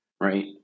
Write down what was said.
Right